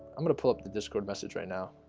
i'm gonna pull up the discord message right now